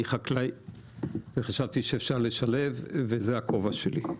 חקלאי וחשבתי שאפשר לשלב וזה הכובע שלי.